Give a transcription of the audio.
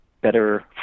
better